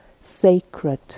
sacred